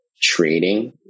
Trading